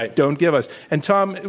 ah don't give us, and, tom,